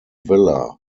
villa